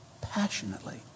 passionately